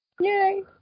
Yay